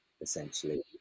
essentially